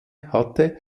hatte